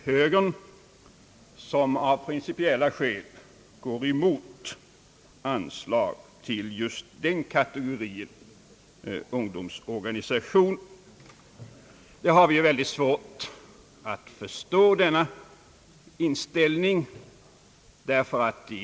Högern går av principiella skäl emot anslag till just den kategorin ungdomsorganisationer, men denna inställning har utskottets majoritet väldigt svårt att förstå.